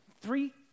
three